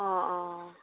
অঁ অঁ